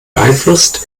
beeinflusst